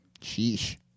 Sheesh